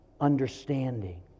understanding